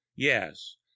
yes